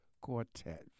quartet